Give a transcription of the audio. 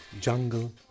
Jungle